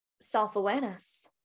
self-awareness